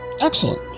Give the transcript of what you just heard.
Excellent